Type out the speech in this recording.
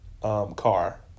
car